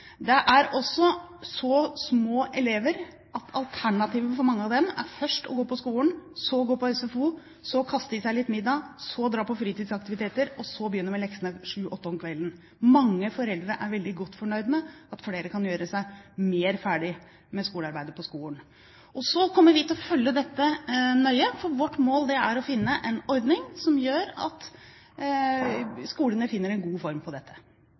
Det gjelder så små elever at alternativet for mange av dem er først å gå på skolen, så gå på SFO, så kaste i seg litt middag, så dra på fritidsaktiviteter, og så begynne med leksene sju–åtte om kvelden. Mange foreldre er veldig godt fornøyd med at flere kan gjøre seg mer ferdig med skolearbeidet på skolen. Vi kommer til å følge dette nøye, for vårt mål er å finne en ordning som gjør at skolene finner en god form på dette.